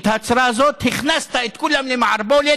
את ההצהרה הזאת, הכנסת את כולם למערבולת,